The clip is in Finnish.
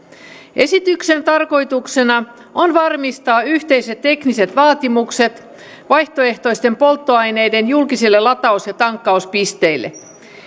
esityksen tarkoituksena on varmistaa yhteiset tekniset vaatimukset vaihtoehtoisten polttoaineiden julkisille lataus ja tankkauspisteille